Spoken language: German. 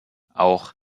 auch